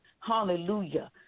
Hallelujah